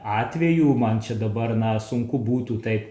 atvejų man čia dabar na sunku būtų taip